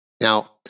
Now